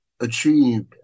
achieved